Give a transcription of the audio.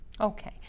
Okay